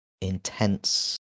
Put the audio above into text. intense